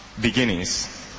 beginnings